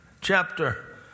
chapter